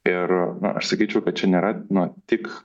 ir na aš sakyčiau kad čia nėra na tik